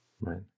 Right